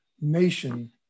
nation